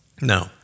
no